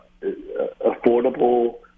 affordable